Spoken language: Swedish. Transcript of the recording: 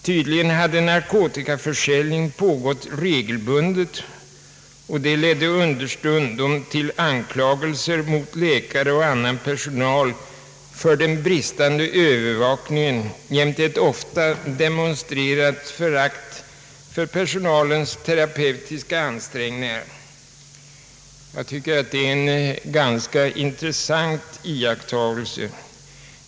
Tydligen hade narkotikaförsäljning pågått regelbundet, och det ledde understundom till anklagelser mot läkare och annan personal för bristande övervakning jämte ett ofta demonstrerat förakt för personalens terapeutiska ansträngningar. Jag tycker att det är en ganska intressant iakttagelse.